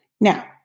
Now